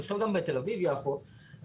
גם בתל אביב יפו,